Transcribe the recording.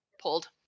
pulled